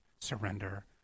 surrender